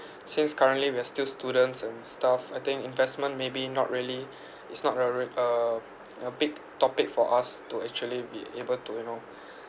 since currently we are still students and stuff I think investment maybe not really it's not a rea~ uh a big topic for us to actually be able to you know